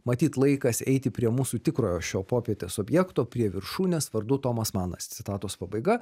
matyt laikas eiti prie mūsų tikrojo šio popietės objekto prie viršūnės vardu tomas manas citatos pabaiga